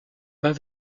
pas